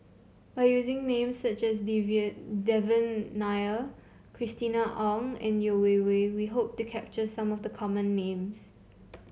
by using names such as Devan Nair Christina Ong and Yeo Wei Wei we hope to capture some of the common names